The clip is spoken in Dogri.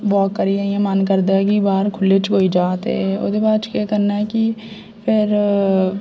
वाक करियै इ'यां मन करदा ऐ कि बाह्र खुल्ले च होई जा ते ओह्दे बाद च केह् करना ऐ कि फिर